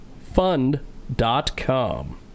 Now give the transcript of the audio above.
Fund.com